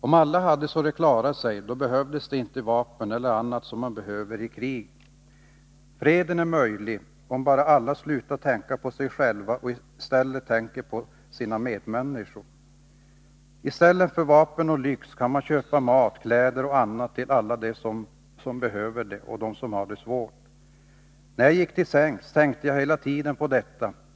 Om alla hade så de klarade sig behövdes inte vapen eller annat som man behöver i krig. Freden är möjlig om bara alla slutar tänka på sig själva och i stället tänker på sina medmänniskor. I stället för vapen och lyx kan man köpa mat, kläder och annat till alla de som behöver och som har det svårt. När jag gick till sängs tänkte jag hela tiden på detta.